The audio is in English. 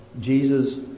Jesus